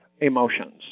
emotions